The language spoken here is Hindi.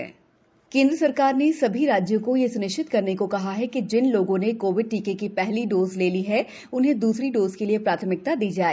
केन्द्र कोविड टीकाकरण केन्द्र सरकार ने सभी राज्यों को यह स्निश्चित करने को कहा है कि जिन लोगों ने कोविड टीके की पहली डोज ले ली है उन्हें द्रसरी डोज के लिए प्राथमिकता दी जाए